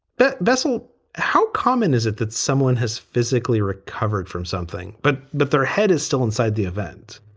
but bessant, how common is it that someone has physically recovered from something but that their head is still inside the event?